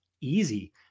Easy